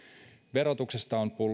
verotuksesta on